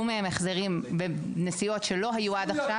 מהם החזרים בנסיעות שלא היו עד עכשיו.